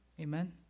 Amen